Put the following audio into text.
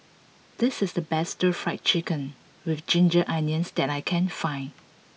this is the best Stir Fry Chicken with Ginger Onions that I can find